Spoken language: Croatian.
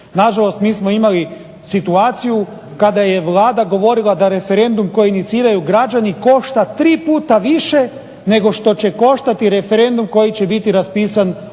Nažalost, mi smo imali situaciju kada je Vlada govorila da referendum koji iniciraju građani košta 3 puta više nego što će koštati referendum koji će biti raspisan odlukom